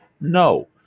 No